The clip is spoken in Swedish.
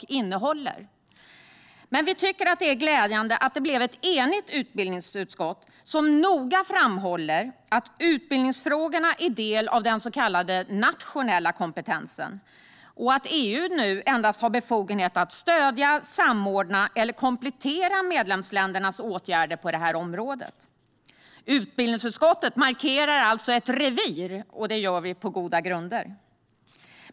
Ny kompetensagenda för Europa Men vi tycker att det är glädjande att ett enigt utbildningsutskott noga framhåller att utbildningsfrågorna är del av den så kallade nationella kompetensen och att EU nu endast har befogenhet att stödja, samordna eller komplettera medlemsländernas åtgärder på detta område. Utbildningsutskottet markerar alltså ett revir, och det gör vi på goda grunder.